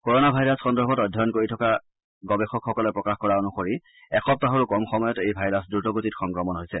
corona virus সন্দৰ্ভত অধ্যয়ন কৰি থকা গৱেষকসকলে প্ৰকাশ কৰা অনুসৰি এসপ্তাহৰো কম সময়ত এই ভাইৰাছ দ্ৰত গতিত সংক্ৰমণ হৈছে